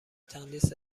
تندیس